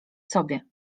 sobie